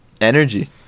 energy